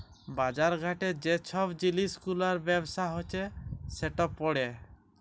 বাজার ঘাটে যে ছব জিলিস গুলার ব্যবসা হছে সেট পড়ে